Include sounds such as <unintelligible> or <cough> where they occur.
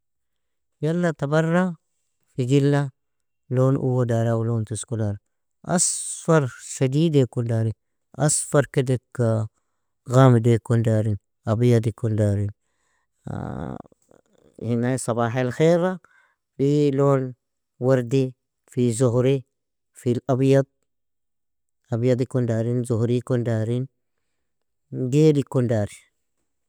Yalla tabarra, figila, lon uwo dar, aw lon tusko dar, asfar shedidekon dari, asfar kedeka ghamidekon dari, abiyadikon darin, <unintelligible> sabah alkhaira, في وردي, في زهري, في الابيض, abiyadikon dari, zuhurikon dari, gailikon dari.